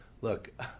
Look